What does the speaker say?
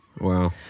Wow